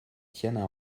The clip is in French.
tiennent